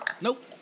Nope